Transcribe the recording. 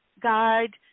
guide